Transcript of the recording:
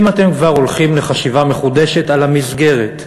אם אתם כבר הולכים לחשיבה מחודשת על המסגרת,